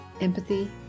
empathy